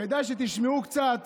כדאי שתשמעו קצת